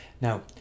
Now